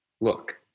look